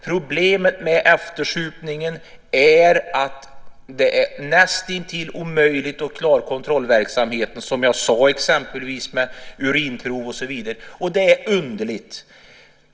Problemet med eftersupningen är att det är näst intill omöjligt att klara kontrollverksamheten, som jag sade, med urinprov och så vidare. Detta är underligt.